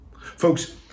Folks